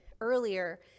earlier